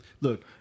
Look